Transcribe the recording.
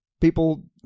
people